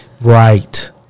right